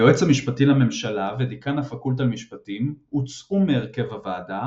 היועץ המשפטי לממשלה ודיקן הפקולטה למשפטים הוצאו מהרכב הוועדה